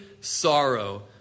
sorrow